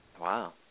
Wow